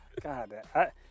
God